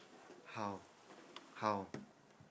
how how